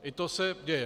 I to se děje.